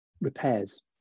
repairs